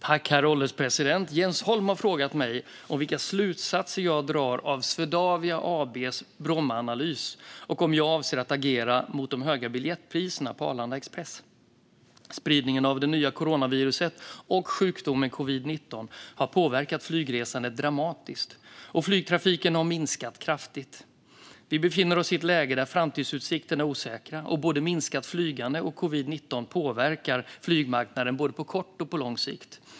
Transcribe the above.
Herr ålderspresident! har frågat mig om vilka slutsatser jag drar av Swedavia AB:s Brommaanalys och om jag avser att agera mot de höga biljettpriserna på Arlanda Express. Spridningen av det nya coronaviruset och sjukdomen covid-19 har påverkat flygresandet dramatiskt, och flygtrafiken har minskat kraftigt. Vi befinner oss i ett läge där framtidsutsikterna är osäkra, och både minskat flygande och covid-19 påverkar flygmarknaden på både kort och lång sikt.